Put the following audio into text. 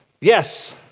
Yes